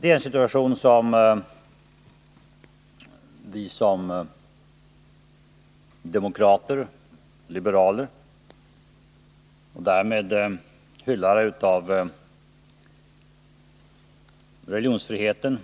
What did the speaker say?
Det är en situation som vi som demokrater — liberaler — och därmed som hyllare av religionsfriheten